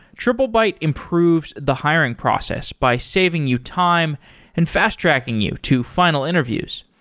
triplebyte improves the hiring process by saving you time and fast-tracking you to final interviews.